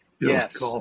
yes